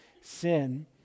sin